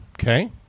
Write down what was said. Okay